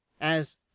As